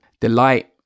delight